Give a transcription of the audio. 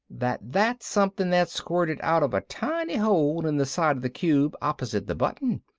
that that's something that squirted out of a tiny hole in the side of the cube opposite the button.